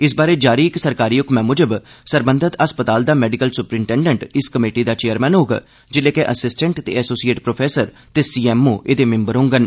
इस बारै जारी इक सरकारी हुक्मै मुजब सरबंघत अस्पताल दा मेडिकल सुप्रिंटेंडेंट इस कमेटी दा चेयरमैन होग जेल्लै के असिस्टेंट ते एसोसिएट प्रोफेसर ते सीएमओ एह्दे मेंबर होंगन